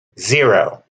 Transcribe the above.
zero